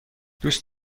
دوست